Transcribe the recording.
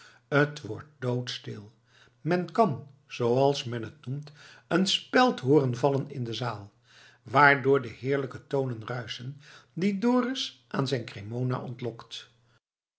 t wordt doodstil men kan zooals men t noemt een speld hooren vallen in de zaal waardoor de heerlijke tonen ruischen die dorus aan zijn cremona ontlokt